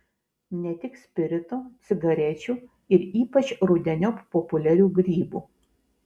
ne tik spirito cigarečių ir ypač rudeniop populiarių grybų